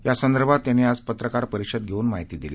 यासंदर्भात त्यांनी आज पत्रकार परिषद घेऊन ही माहिती दिली